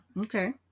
Okay